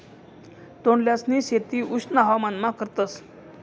तोंडल्यांसनी शेती उष्ण हवामानमा करतस